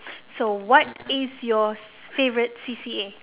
so what is your favourite C_C_A